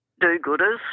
do-gooders